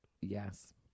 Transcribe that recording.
Yes